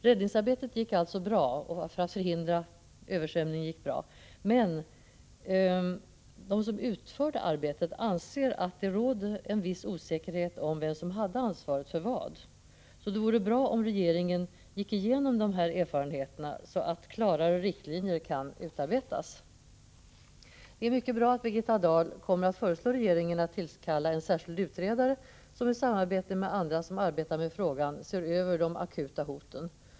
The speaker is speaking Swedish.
Räddningsarbetet — för att förhindra översvämning — gick alltså bra, men de som utförde det anser att det rådde en viss osäkerhet om vem som hade ansvar för vad. Det vore bra om regeringen gick igenom dessa erfarenheter så att klarare riktlinjer kan utarbetas. Det är mycket bra att Birgitta Dahl kommer att föreslå regeringen att tillkalla en särskild utredare som i samarbete med andra som arbetar med frågan ser över de akuta hoten.